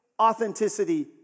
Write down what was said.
authenticity